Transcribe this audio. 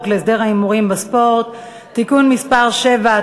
להסדר ההימורים בספורט (תיקון מס' 7),